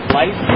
life